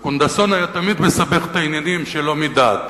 וקונדסון היה תמיד מסבך את העניינים שלא מדעת.